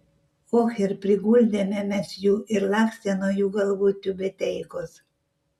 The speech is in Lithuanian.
och ir priguldėme mes jų ir lakstė nuo jų galvų tiubeteikos